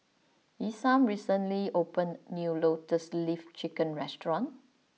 Isam recently opened a new Lotus Leaf Chicken restaurant